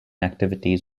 activities